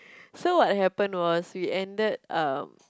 so what happened was we ended um